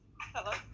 Hello